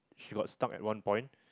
she got stuck at one point